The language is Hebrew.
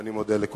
ואני מודה לכולכם.